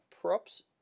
props